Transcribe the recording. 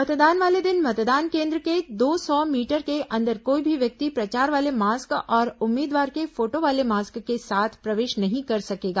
मतदान वाले दिन मतदान केन्द्र के दो सौ मीटर के अंदर कोई भी व्यक्ति प्रचार वाले मास्क और उम्मीदवार के फोटो वाले मास्क के साथ प्रवेश नहीं कर सकेगा